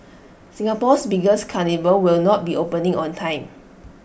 Singapore's biggest carnival will not be opening on time